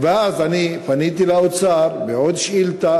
ואז אני פניתי לאוצר בעוד שאילתה,